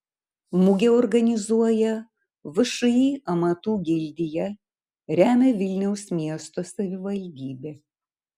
mugę organizuoja všį amatų gildija remia vilniaus miesto savivaldybė